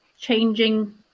changing